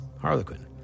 Harlequin